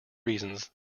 reasons